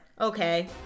Okay